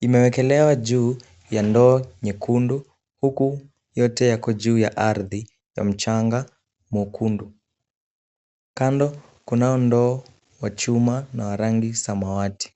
Imewekelewa juu ya ndoo nyekundu, huku yote yako juu ya ardhi ya mchanga mwekundu. Kando kunao ndoo wa chuma na wa rangi samawati.